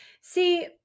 See